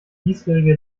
diesjährige